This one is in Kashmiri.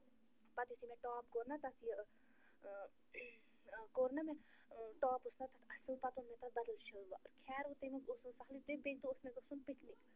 پتہٕ یُتھٕے مےٚ ٹاپ کوٚر نَہ تتھ یہِ کوٚر نا مےٚ ٹاپ اوس تتھ اصٕل پتہٕ اوٚن مےٚ تتھ بدل شٕلوار خیر وۄنۍ تَمیُک اوس وۄنۍ سہلٕے تٔمۍ بیٚکہِ دۄہ اوس مےٚ گَژھُن پکنِک